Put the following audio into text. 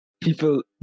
People